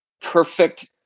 perfect